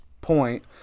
point